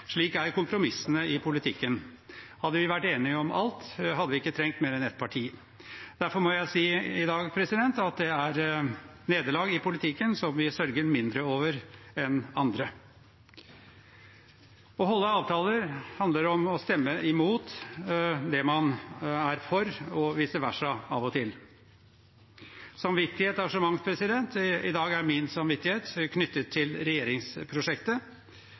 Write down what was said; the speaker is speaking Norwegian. Slik er kompromissene i politikken. Hadde vi vært enige om alt, hadde vi ikke trengt mer enn ett parti. Derfor må jeg si i dag at det er nederlag i politikken som vi sørger mindre over enn andre. Å holde avtaler handler om å stemme imot det man er for – og vice versa – av og til. Samvittighet er så mangt. I dag er min samvittighet knyttet til regjeringsprosjektet,